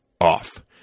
off